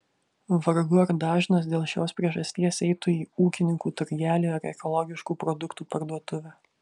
vargu ar dažnas dėl šios priežasties eitų į ūkininkų turgelį ar ekologiškų produktų parduotuvę